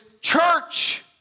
church